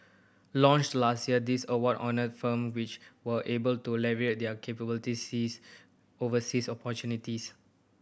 launched last year this award honour firm which were able to leverage their capabilities seize overseas opportunities